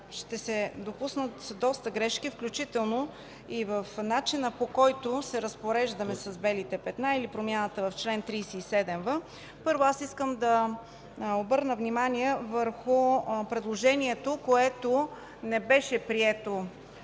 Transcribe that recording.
ще се допуснат доста грешки, включително и в начина, по който се разпореждаме с „белите петна” или промяната в чл. 37в. Първо, искам да обърна внимание върху предложението, което не беше прието